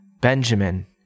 Benjamin